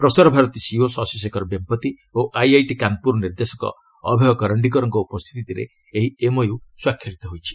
Prasar Bharati CEO Shashishekhar Vempati ଓ IIT Kanpur ନିର୍ଦ୍ଦେଶକ ଅଭୟ କରଣ୍ଣିକରଙ୍କ ଉପସ୍ଥିତିରେ ଏହି ଏମ୍ଓୟୁ ସ୍ୱାକ୍ଷରିତ ହୋଇଛି